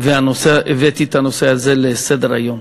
ומביא את הנושא הזה לסדר-היום?